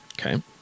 okay